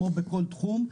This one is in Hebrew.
כמו בכל תחום,